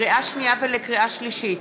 לקריאה שנייה ולקריאה שלישית: